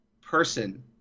person